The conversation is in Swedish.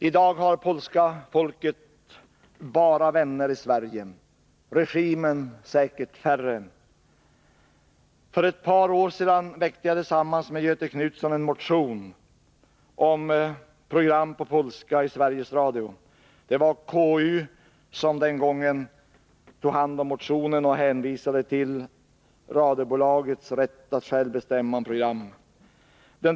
I dag har det polska folket bara vänner i Sverige, regimen säkert färre. För ett par år sedan väckte jag tillsammans med Göthe Knutson en motion om program på polska i Sveriges Radio. Den gången var det konstitutionsutskottet som tog hand om motionen och hänvisade till radiobolagets rätt att bestämma över programmen.